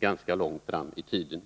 ganska långt fram i tiden.